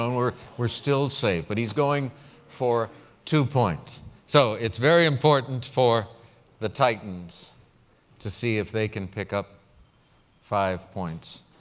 um we're we're still safe. but he's going for two points. so it's very important for the titans to see if they can pick up five points.